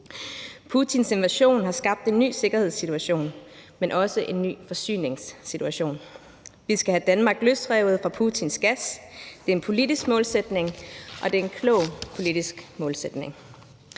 Putins invasion har skabt en ny sikkerhedssituation, men også ny forsyningssituation. Vi skal have Danmark løsrevet fra Putins gas. Det er en politisk målsætning, og det er en klog politisk målsætning.